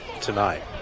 tonight